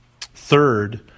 Third